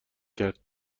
کرد